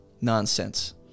Nonsense